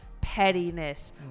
pettiness